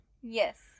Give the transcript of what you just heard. Yes